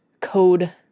code